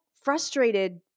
frustrated